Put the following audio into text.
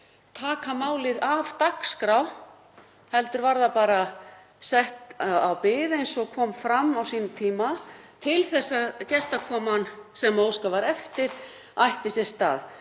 taka málið af dagskrá heldur var það bara sett á bið, eins og fram kom á sínum tíma, til þess að gestakoman sem óskað var eftir ætti sér stað.